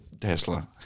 Tesla